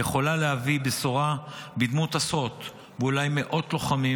יכולה להביא בשורה בדמות עשרות ואולי מאות לוחמים